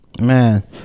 man